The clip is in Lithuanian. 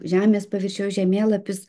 žemės paviršiaus žemėlapius